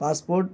passport